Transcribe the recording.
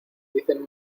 dicen